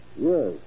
yes